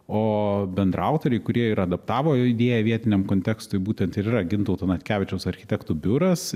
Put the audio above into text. o bendraautoriai kurie ir adaptavo idėją vietiniam kontekstui būtent ir yra gintauto natkevičiaus architektų biuras